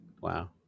Wow